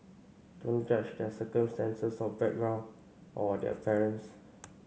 don't judge their circumstances or background or their parents